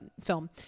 film